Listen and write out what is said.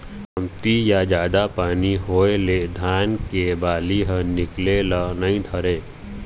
कमती या जादा पानी के होए ले धान के बाली ह निकले ल नइ धरय